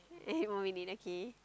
eight more minute okay